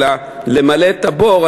אלא למלא את הבור,